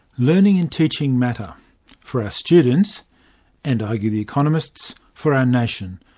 learning and teaching matter for our students and, argue the economists, for our nation.